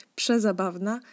przezabawna